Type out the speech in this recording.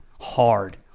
hard